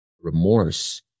remorse